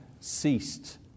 ceased